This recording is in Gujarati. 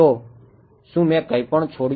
તો શું મેં કંઈપણ છોડ્યું